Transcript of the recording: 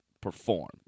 perform